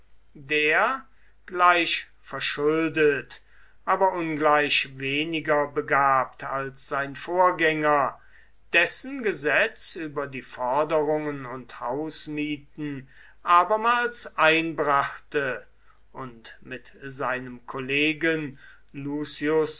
der gleich verschuldet aber ungleich weniger begabt als sein vorgänger dessen gesetz über die forderungen und hausmieten abermals einbrachte und mit seinem kollegen lucius